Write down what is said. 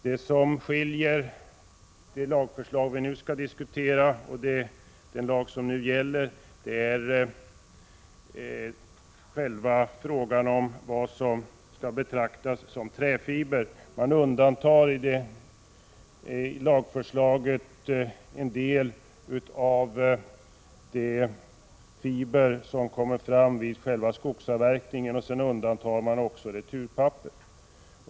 Det som skiljer det lagförslag vi nu skall diskutera från nu gällande lag avser frågan om vad som skall betraktas som träfiber. Man undantar i lagförslaget en del av de fibrer som kommer fram vid själva skogsavverkningen samt returpapper. Herr talman!